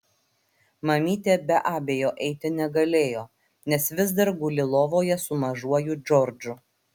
mamytė be abejo eiti negalėjo nes vis dar guli lovoje su mažuoju džordžu